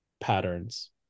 patterns